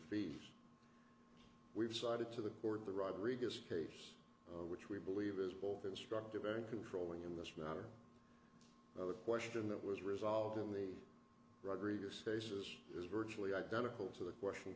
fee we've cited to the court the rodriguez case which we believe is both instructive and controlling in this matter the question that was resolved in the rodriguez cases is virtually identical to the question